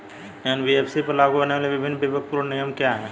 NBFC पर लागू होने वाले विभिन्न विवेकपूर्ण नियम क्या हैं?